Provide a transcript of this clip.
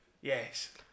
Yes